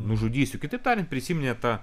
nužudysiu kitaip tariant prisiminė tą